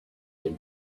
him